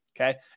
okay